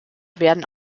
werden